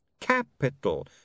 Capital